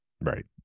Right